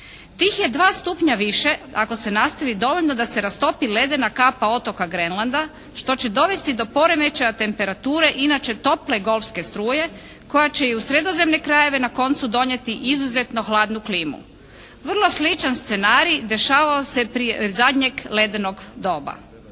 Tih je 2 stupnja više ako se nastavi, dovoljno da se rastopi ledena kapa otoka Grenlanda što će dovesti do poremećaja temperature inače tople golske struje koja će i u sredozemne krajeve na koncu donijeti izuzetno hladnu klimu. Vrlo sličan scenarij dešavao se prije zadnjeg ledenog doba.